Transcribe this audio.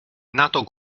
nato